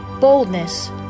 boldness